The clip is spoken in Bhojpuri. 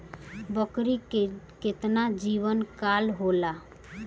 बकरी के केतना जीवन काल होला?